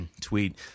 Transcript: tweet